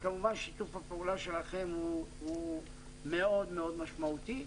וכמובן, שיתוף הפעולה שלכם הוא מאוד מאוד משמעותי.